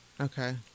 Okay